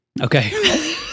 Okay